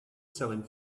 selling